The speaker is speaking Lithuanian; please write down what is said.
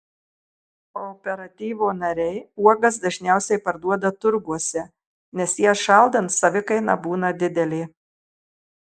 kooperatyvo nariai uogas dažniausiai parduoda turguose nes jas šaldant savikaina būna didelė